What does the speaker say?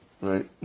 Right